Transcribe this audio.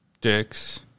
Dick's